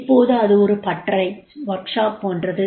இப்போது அது ஒரு பட்டறை போன்றது